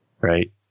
Right